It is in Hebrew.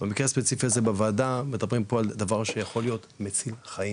במקרה הספציפי פה בוועדה אנחנו מדברים על מקרה שיכול להציל חיים,